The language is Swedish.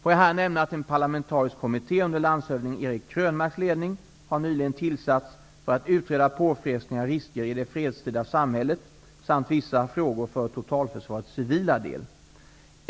Får jag här nämna att en parlamentarisk kommitté under landshövding Eric Krönmarks ledning nyligen har tillsatts för att utreda påfrestningar och risker i det fredstida samhället samt vissa frågor för totalförsvarets civila del.